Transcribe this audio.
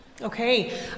Okay